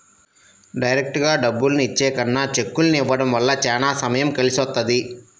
డైరెక్టుగా డబ్బుల్ని ఇచ్చే కన్నా చెక్కుల్ని ఇవ్వడం వల్ల చానా సమయం కలిసొస్తది